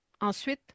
Ensuite